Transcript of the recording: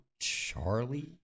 Charlie